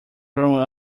growing